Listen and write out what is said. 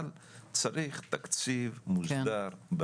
אבל צריך תקציב מוסדר,